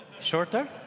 Shorter